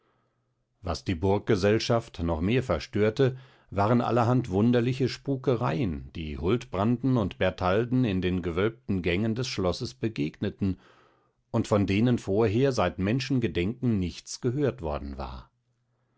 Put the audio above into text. was die burggesellschaft noch mehr verstörte waren allerhand wunderliche spukereien die huldbranden und bertalden in den gewölbten gängen des schlosses begegneten und von denen vorher seit menschengedenken nichts gehört worden war